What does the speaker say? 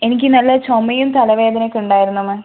എനിക്ക് നല്ല ചുമയും തലവേദനയൊക്കെ ഉണ്ടായിരുന്നു മാം